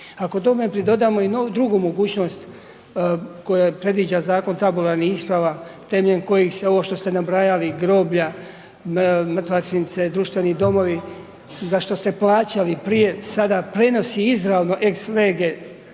Ako tome pridodamo i drugu mogućnost koja predviđa Zakona tabularnih isprava, temeljem kojih se, ovo što ste nabrajali, groblja, mrtvačnice, društveni domovi, za što ste plaćali prije, sada prenosi izravno ex lege